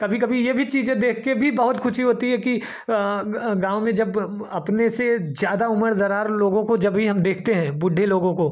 कभी कभी यह भी चीज़ें देखकर भी बहुत ख़ुशी होती है कि गाँव में जब अपने से ज़्यादा उम्र दराज़ लोगों को जब भी हम देखते हैं बुड्ढे लोगों को